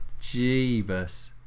jeebus